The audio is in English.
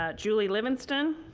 ah julie livingston.